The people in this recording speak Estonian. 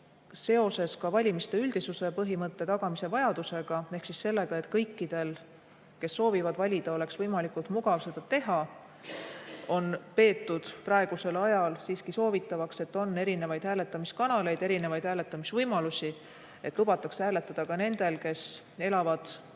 seoses valimiste üldisuse põhimõtte tagamise vajadusega ehk siis seoses sellega, et kõikidel, kes soovivad valida, oleks võimalikult mugav seda teha, on praegusel ajal siiski peetud soovitavaks, et on erinevaid hääletamiskanaleid, erinevaid hääletamisvõimalusi, et lubatakse hääletada ka nendel, kes elavad, töötavad